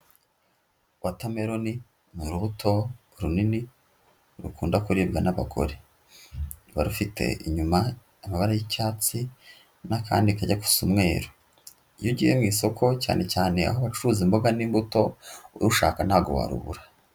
Watermelon ni urubuto runini, rukunda kuribwa n'abagore. Ruba rufite inyuma amabara y'icyatsi, n'akandi kajya gusa umweru. Iyo ugiye mu isoko cyane cyane aho abacuruza imboga n'imbuto, urushaka ntago warubura.